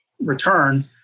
return